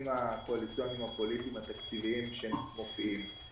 הקואליציוניים הפוליטיים התקציביים שמופיעים.